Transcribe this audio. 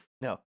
No